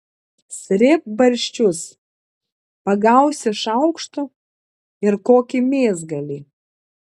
srėbk barščius pagausi šaukštu ir kokį mėsgalį